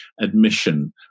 admission